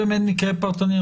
זה מקרה פרטני.